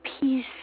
peace